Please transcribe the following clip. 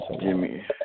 Jimmy